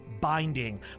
Binding